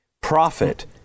profit